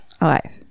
Alive